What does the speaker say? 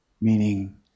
meaning